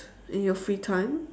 in your free time